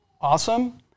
awesome